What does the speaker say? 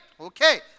Okay